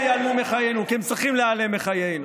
ייעלמו מחיינו כי הם צריכים להיעלם מחיינו.